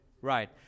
Right